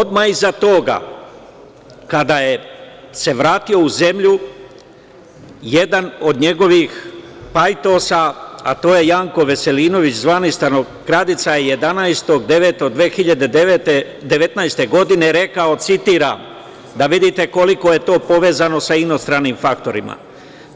Odmah iza toga kada se vratio u zemlju jedan od njegovih pajtosa, a to je Janko Veselinović, zvani stanokradica, je 11.9.2019. godine rekao, da vidite koliko je to povezano sa inostranim faktorima,